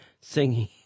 singing